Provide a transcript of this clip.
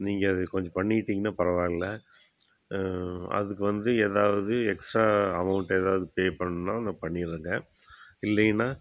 நீங்கள் அது கொஞ்சம் பண்ணிட்டீங்கன்னா பரவாயில்ல அதுக்கு வந்து எதாவது எக்ஸ்ட்ரா அமௌண்ட் எதாவது பே பண்ணணுனா நான் பண்ணிடுறேங்க இல்லையினால்